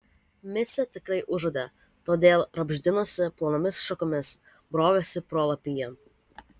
micė tikrai užuodė todėl rabždinosi plonomis šakomis brovėsi pro lapiją